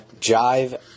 Jive